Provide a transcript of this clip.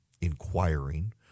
inquiring